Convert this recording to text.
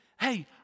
hey